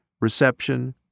reception